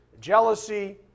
jealousy